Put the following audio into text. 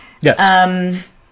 Yes